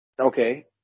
okay